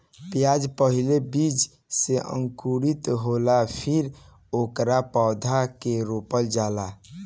प्याज पहिले बीज से अंकुरित होला फेर ओकरा पौधा के रोपल जाला